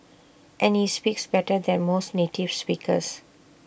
and he speaks better than most native speakers